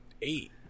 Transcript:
eight